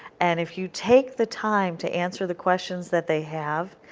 and if you take the time to answer the questions that they have,